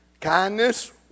Kindness